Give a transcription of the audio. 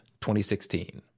2016